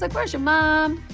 like where's your mom?